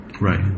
Right